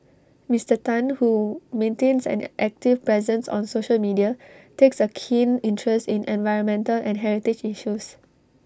Mister Tan who maintains an active presence on social media takes A keen interest in environmental and heritage issues